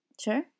Sure